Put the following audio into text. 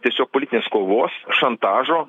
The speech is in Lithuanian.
tiesiog politinės kovos šantažo